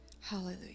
Hallelujah